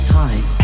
time